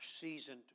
seasoned